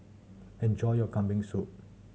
enjoy your Kambing Soup